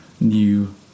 new